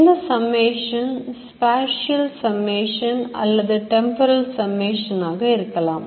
இந்த summation spatial summ ation அல்லது temporal summation ஆகவே இருக்கலாம்